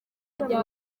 igihe